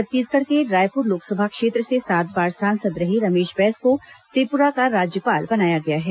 छत्तीसगढ़ के रायपुर लोकसभा क्षेत्र से सात बार सांसद रहे रमेश बैस को त्रिपुरा का राज्यपाल बनाया गया है